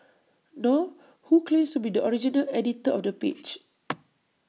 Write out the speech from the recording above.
nor who claims to be the original editor of the page